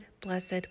blessed